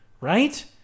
right